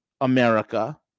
America